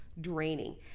Draining